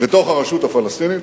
בתוך הרשות הפלסטינית